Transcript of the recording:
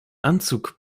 anzug